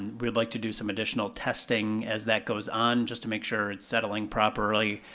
we'd like to do some additional testing as that goes on, just to make sure it's settling properly,